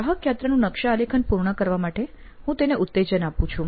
ગ્રાહક યાત્રાનું નકશા આલેખન પૂર્ણ કરવા માટે હું તેને ઉત્તેજન આપું છું